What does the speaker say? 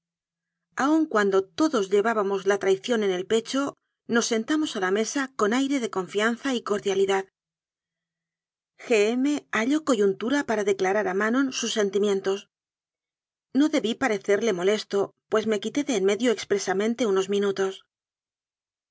aun cuando todos llevábamos la traición en el pecho nos sentamos a la mesa con aire de confianza y de cordialidad g m halló coyuntura para declarar a manon sus sentimientos no debí pade cerle molesto pues me quité de en medio expresa mente unos minutos